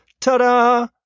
ta-da